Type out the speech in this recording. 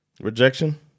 Rejection